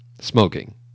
smoking